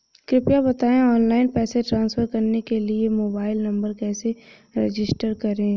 कृपया बताएं ऑनलाइन पैसे ट्रांसफर करने के लिए मोबाइल नंबर कैसे रजिस्टर करें?